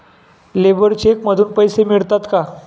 Labour cheque मधून पैसे मिळतात का?